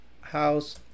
House